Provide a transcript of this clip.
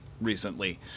recently